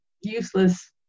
useless